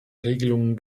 regelungen